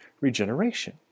regeneration